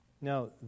Now